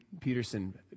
Peterson